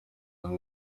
umwe